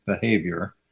behavior